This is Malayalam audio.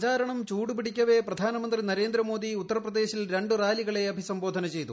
പ്രചാരണം ചൂടു പിടിക്കവേ പ്രധാനമന്ത്രി നരേന്ദ്രമോദി ഉത്തർപ്രദേശിൽ രണ്ടു റാലികളെ അഭിസംബോധന ചെയ്തു